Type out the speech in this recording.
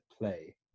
play